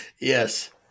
Yes